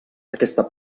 aquesta